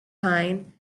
pine